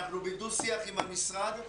אנחנו בדו-שיח עם המשרד.